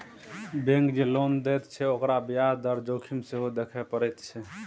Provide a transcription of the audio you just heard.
bank जँ loan दैत छै त ओकरा ब्याज दर जोखिम सेहो देखय पड़ैत छै